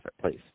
please